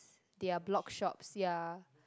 they are blogshops ya